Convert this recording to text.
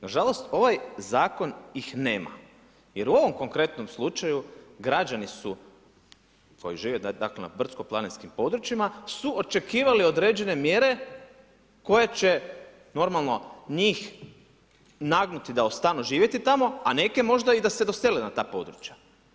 Nažalost ovaj zakon ih nema jer u ovom konkretnom slučaju građani su koji žive na brdsko-planinskim područjima su očekivali određene mjere koje će normalno njih nagnuti da ostanu živjeti tamo a neke možda i da se dosele na ta područja.